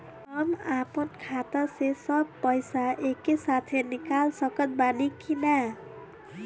हम आपन खाता से सब पैसा एके साथे निकाल सकत बानी की ना?